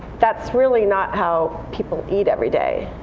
that's really not how people eat every day.